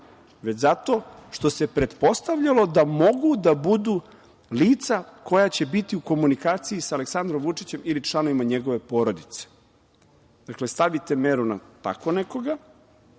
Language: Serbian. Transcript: već zato što se pretpostavljalo da mogu da budu lica koja će biti u komunikaciji sa Aleksandrom Vučićem ili članovima njegove porodice. Dakle, stavite meru na tako nekoga,